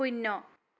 শূন্য